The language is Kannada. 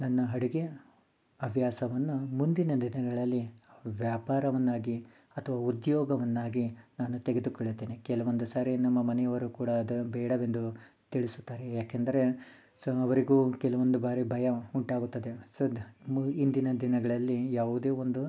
ನನ್ನ ಅಡುಗೆ ಹವ್ಯಾಸವನ್ನು ಮುಂದಿನ ದಿನಗಳಲ್ಲಿ ವ್ಯಾಪಾರವನ್ನಾಗಿ ಅಥ್ವಾ ಉದ್ಯೋಗವನ್ನಾಗಿ ನಾನು ತೆಗೆದುಕೊಳ್ಳುತ್ತೇನೆ ಕೆಲವೊಂದು ಸಾರಿ ನಮ್ಮ ಮನೆಯವರು ಕೂಡ ಅದು ಬೇಡವೆಂದು ತಿಳಿಸುತ್ತಾರೆ ಯಾಕಂದರೆ ಸೊ ಅವರಿಗೂ ಕೆಲವೊಂದು ಬಾರಿ ಭಯ ಉಂಟಾಗುತ್ತದೆ ಸೊ ಇಂದಿನ ದಿನಗಳಲ್ಲಿ ಯಾವುದೇ ಒಂದು